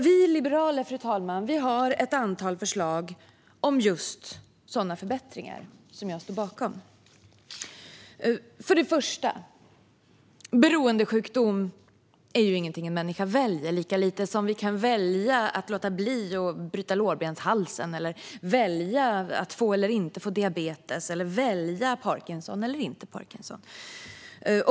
Vi liberaler, fru talman, har ett antal förslag om just sådana förbättringar, som jag står bakom. Beroendesjukdom är ju ingenting en människa väljer, lika lite som vi kan välja att låta bli att bryta lårbenshalsen eller välja att få eller inte få diabetes eller parkinson.